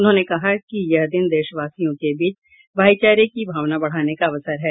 उन्होंने कहा कि यह दिन देशवासियों के बीच भाईचारे की भावना बढ़ाने का अवसर है